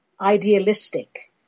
idealistic